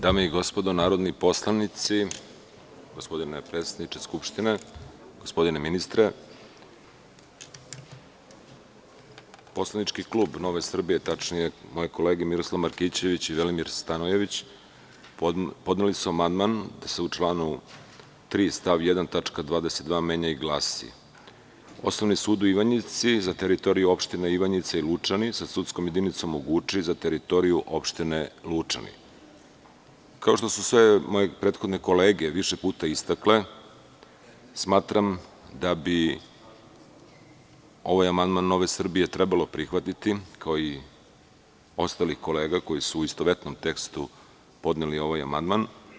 Dame i gospodo narodni poslanici, gospodine predsedniče Skupštine, gospodine ministre, poslanički klub NS, tačnije moje kolege Miroslav Markićević i Velimir Stanojević podneli su amandman gde se u članu 3. stav 1. tačka 22) menja i glasi: „Osnovni sud u Ivanjici, za teritoriju opštine Ivanjica i Lučane, sa sudskom jedinicom u Guči, za teritoriju opštine Lučani.“ Kao što su sve moje prethodne kolege više puta istakle, smatram da bi ovaj amandman NS trebalo prihvatiti, kao i ostalih kolega, koji su u istovetnom tekstu podneli ovaj amandman.